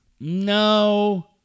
No